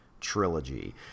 trilogy